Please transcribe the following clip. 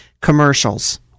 commercials